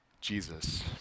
Jesus